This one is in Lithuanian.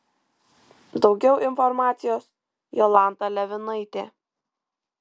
daugiau informacijos jolanta levinaitė